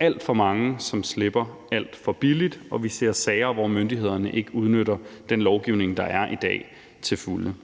alt for mange, som slipper alt for billigt, og vi ser sager, hvor myndighederne ikke udnytter den lovgivning, der er i dag, til fulde.